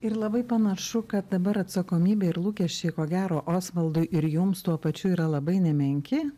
ir labai panašu kad dabar atsakomybė ir lūkesčiai ko gero osvaldui ir jums tuo pačiu yra labai nemenki